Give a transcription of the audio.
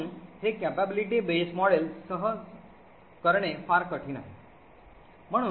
म्हणून हे capability base model सह करणे फार कठीण आहे